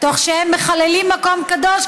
תוך שהם מחללים מקום קדוש,